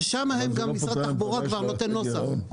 ששם משרד התחבורה כבר נותן נוסח.